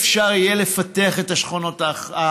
לא יהיה אפשר לפתח את השכונות החדשות,